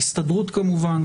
ההסתדרות כמובן,